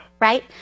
Right